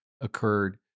occurred—